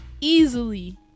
easily